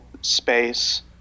space